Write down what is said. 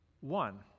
one